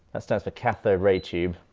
that stands for cathode ray tube.